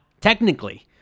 technically